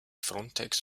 frontex